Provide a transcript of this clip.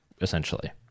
essentially